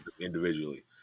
individually